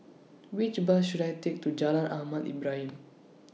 Which Bus should I Take to Jalan Ahmad Ibrahim